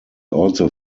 also